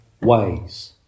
ways